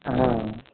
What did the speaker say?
हँ